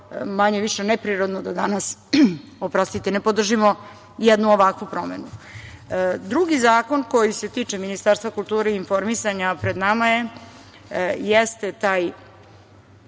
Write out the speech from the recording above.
manje više, neprirodno da danas ne podržimo jednu ovakvu promenu. Drugi zakon koji se tiče Ministarstva kulture i informisanja, pred nama je, jeste taj